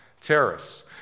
terrorists